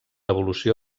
evolució